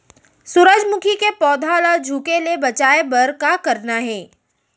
सूरजमुखी के पौधा ला झुके ले बचाए बर का करना हे?